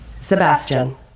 sebastian